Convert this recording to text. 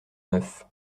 neuf